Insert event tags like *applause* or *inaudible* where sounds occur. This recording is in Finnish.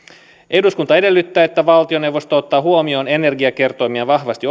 eduskunta edellyttää että valtioneuvosto ottaa huomioon energiakertoimia vahvasti *unintelligible*